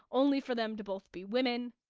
only for them to both be women.